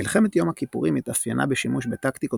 מלחמת יום הכיפורים התאפיינה בשימוש בטקטיקות